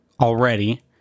already